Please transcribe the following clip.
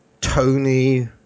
Tony